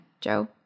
Joe